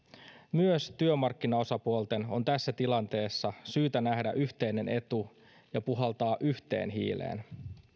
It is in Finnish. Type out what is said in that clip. myös työmarkkinaosapuolten on tässä tilanteessa syytä nähdä yhteinen etu ja puhaltaa yhteen hiileen